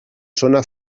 zona